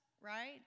right